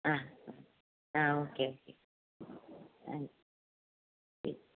ആ ആ okay okay ആ ശരി